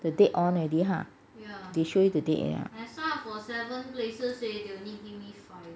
the date on already ha they show you the date already ha